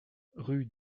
rue